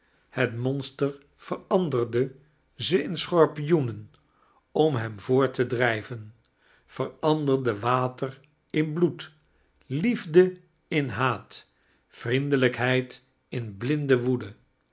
het monster veranderde ze in schorpioeneri om hem voort te drijven veranderde water in bloed liefde in haat vriendelijkheid in blinde woede